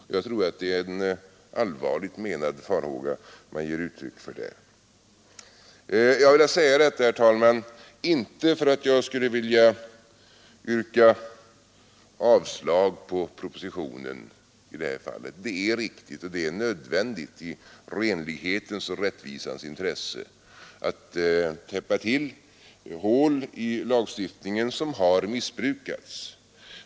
Det är säkerligen en allvarligt menad farhåga man ger uttryck för Jag har, herr talman, inte tänkt yrka avslag på propositionen — det är riktigt och nödvändigt i renlighetens och rättvisans intresse att täppa till hål i lagstiftningen som har missbrukats.